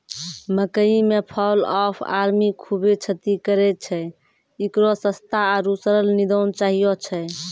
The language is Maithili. मकई मे फॉल ऑफ आर्मी खूबे क्षति करेय छैय, इकरो सस्ता आरु सरल निदान चाहियो छैय?